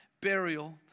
burial